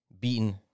beaten